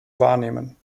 wahrnehmen